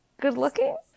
good-looking